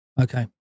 okay